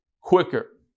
quicker